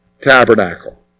tabernacle